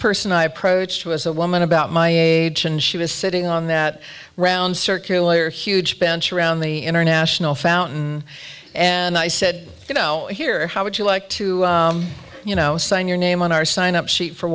person i approached was a woman about my age and she was sitting on that round circular huge bench around the international fountain and i said you know here how would you like to you know sign your name on our sign up sheet for